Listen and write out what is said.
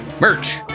Merch